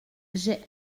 j’ai